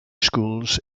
schools